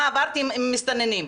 מה עברתי עם מסתננים,